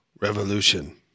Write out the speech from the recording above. revolution